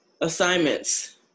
assignments